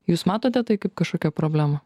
jūs matote tai kaip kažkokią problemą